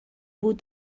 بود